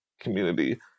community